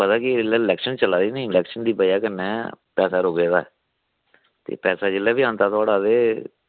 पता केह् इसलै इलैक्शन चला दी नी इलैक्शन दी बज़ह् कन्नै पैसा रुके दा ऐ ते पैसा जिसलै बी आंदा तुआढ़ा ते